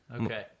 Okay